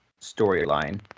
storyline